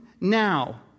now